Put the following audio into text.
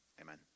amen